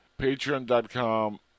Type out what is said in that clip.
patreon.com